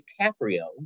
DiCaprio